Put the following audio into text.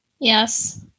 Yes